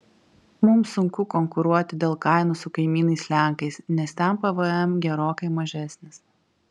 mums sunku konkuruoti dėl kainų su kaimynais lenkais nes ten pvm gerokai mažesnis